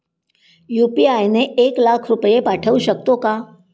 UPI ने एक लाख रुपये पाठवू शकतो का?